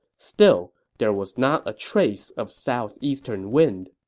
still, there was not a trace of southeastern wind